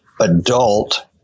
adult